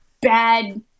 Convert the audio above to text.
bad